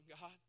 God